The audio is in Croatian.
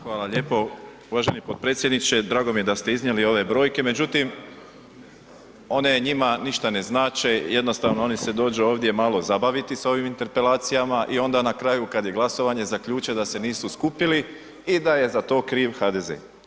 Hvala lijepo, uvaženi potpredsjedniče drago mi je da ste iznijeli međutim, one njima ništa ne znače jednostavno oni se dođu ovdje malo zabaviti s ovim interpelacijama i onda na kraju kad je glasovanje zaključe da se nisu skupili i da je za to kriv HDZ.